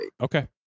Okay